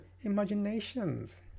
imaginations